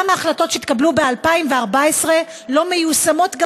למה החלטות שהתקבלו ב-2014 לא מיושמות,